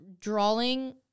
drawing